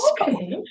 Okay